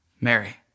Mary